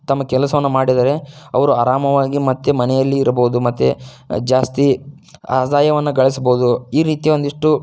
ತಮ್ಮ ಕೆಲಸವನ್ನು ಮಾಡಿದರೆ ಅವರು ಆರಾಮವಾಗಿ ಮತ್ತೆ ಮನೆಯಲ್ಲಿ ಇರಬೋದು ಮತ್ತೆ ಜಾಸ್ತಿ ಆದಾಯವನ್ನು ಗಳಿಸಬೋದು ಈ ರೀತಿಯ ಒಂದಿಷ್ಟು